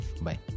Bye